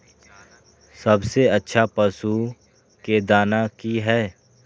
सबसे अच्छा पशु के दाना की हय?